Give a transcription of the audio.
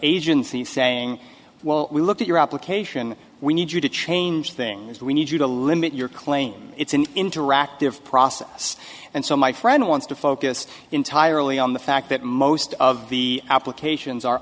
agency saying well we looked at your application we need you to change things we need you to limit your claim it's an interactive process and so my friend wants to focus entirely on the fact that most of the applications are